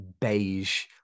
beige